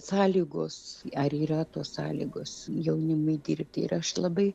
sąlygos ar yra tos sąlygos jaunimui dirbti ir aš labai